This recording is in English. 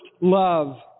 love